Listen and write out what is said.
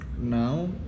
now